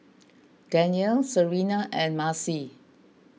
Danyelle Serena and Marcie